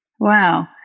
Wow